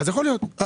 יכול להיות;